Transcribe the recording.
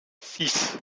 six